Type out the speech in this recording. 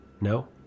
No